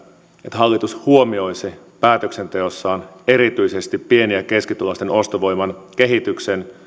hallitus huomioisi päätöksenteossaan erityisesti pieni ja keskituloisten ostovoiman kehityksen